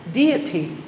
deity